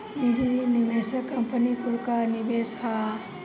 निजी निवेशक कंपनी कुल कअ निवेश हअ